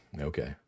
Okay